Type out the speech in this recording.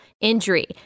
injury